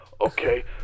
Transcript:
okay